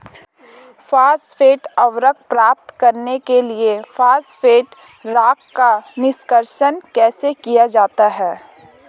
Phosphate उर्वरक प्राप्त करने के लिए फॉस्फेट रॉक का निष्कर्षण कैसे किया जाता है?